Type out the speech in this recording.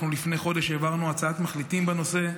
אנחנו לפני חודש העברנו הצעת מחליטים בנושא,